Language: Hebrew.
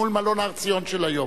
מול מלון הר-ציון של היום,